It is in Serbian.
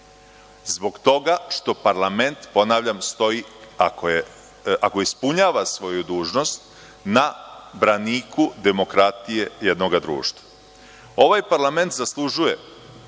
Zbog toga što parlament, ponavljam, stoji, ako ispunjava svoju dužnost, na braniku demokratije jednoga društva. Ovaj parlament zaslužuje